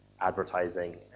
advertising